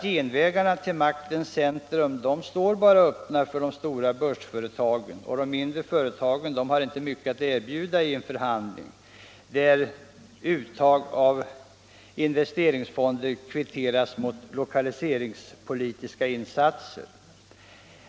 Genvägarna till maktens centrum står bara öppna för börsföretagen, och de mindre företagen har inte mycket att erbjuda i en förhandling, där uttag ur investeringsfonder kvittas mot lokaliseringspolitiska insatser.